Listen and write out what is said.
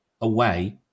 away